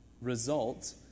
result